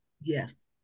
Yes